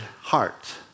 heart